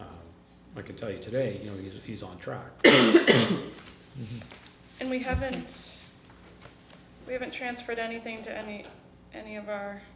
i can tell you today you know he's a he's on trial and we haven't we haven't transferred anything to any any of our